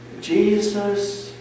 Jesus